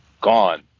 Gone